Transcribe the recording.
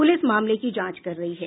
police मामले की जांच कर रही है